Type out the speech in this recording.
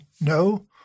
no